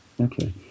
Okay